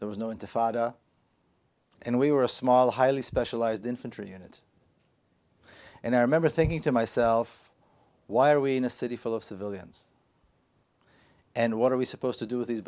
there was no intifada and we were a small highly specialized infantry unit and i remember thinking to myself why are we in a city full of civilians and what are we supposed to do with these